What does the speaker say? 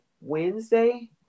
Wednesday